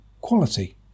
quality